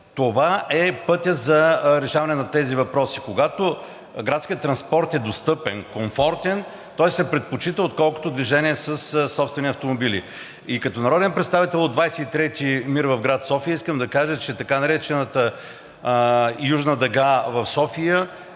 това е пътят за решаване на тези въпроси. Когато градският транспорт е достъпен и комфортен, той се предпочита, отколкото движение със собствени автомобили. Като народен представител от 23-ти МИР в град София искам да кажа, че така наречената Южна дъга в София